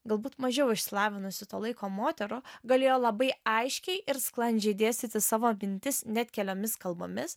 galbūt mažiau išsilavinusių to laiko moterų galėjo labai aiškiai ir sklandžiai dėstyti savo mintis net keliomis kalbomis